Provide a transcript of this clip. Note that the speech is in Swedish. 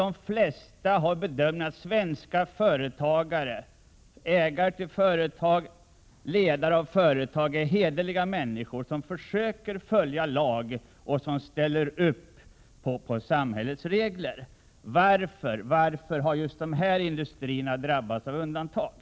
De flesta har bedömt att svenska företagare, ägare av företag och ledare av företag normalt är hederliga människor som försöker följa lagarna och som ställer upp bakom samhällsregler. Varför har då just dessa industrier blivit undantag, som inte följer lagarna?